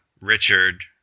Richard